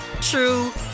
true